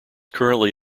currently